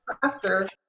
faster